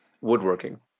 woodworking